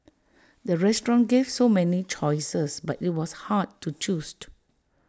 the restaurant gave so many choices but IT was hard to choose